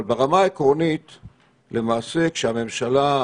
אבל ברמה העקרונית, למעשה, כשהממשלה,